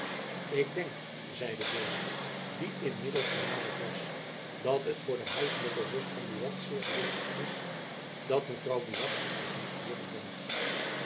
ik denk zeide deze die inmiddels genaderd was dat het voor de huislijke rust van buat zeer gelukkig is dat mevrouw buat zich niet hier bevond